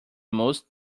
most